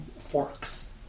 forks